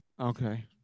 Okay